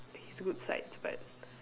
his good sides but